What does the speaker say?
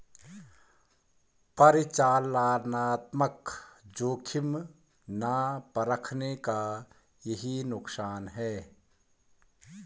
परिचालनात्मक जोखिम ना परखने का यही नुकसान है